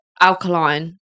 alkaline